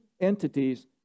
entities